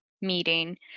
meeting